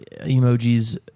emojis